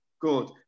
Good